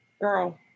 girl